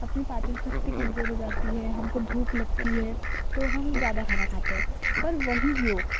अपनी पाचन शक्ति कमजोर हो जाती है हमको भूख लगती है तो हम ज़्यादा खाना खाते हैं वही योग